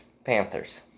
Panthers